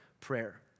prayer